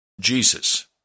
Jesus